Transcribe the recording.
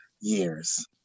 years